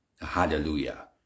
Hallelujah